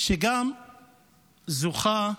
שגם זוכה,